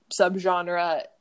subgenre